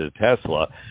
Tesla